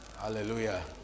Hallelujah